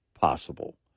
possible